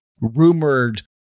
rumored